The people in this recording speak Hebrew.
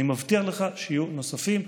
אני מבטיח לך שיהיו נוספים.